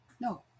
No